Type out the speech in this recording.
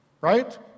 right